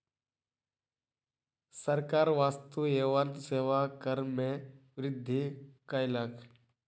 सरकार वस्तु एवं सेवा कर में वृद्धि कयलक